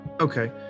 Okay